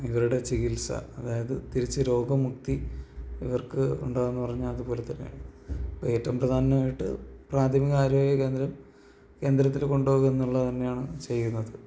ഇവരുടെ ചികിത്സ അതായത് തിരിച്ച് രോഗമുക്തി ഇവർക്ക് ഉണ്ടാവുമെന്ന് പറഞ്ഞാല് അതുപോലെ തന്നെയാണ് ഇപ്പോള് ഏറ്റവും പ്രധാനമായിട്ട് പ്രാഥമിക ആരോഗ്യ കേന്ദ്രം കേന്ദ്രത്തിൽ കൊണ്ടുപോകുകയെന്നുള്ളത് തന്നെയാണ് ചെയ്യുന്നത്